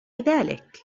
ذلك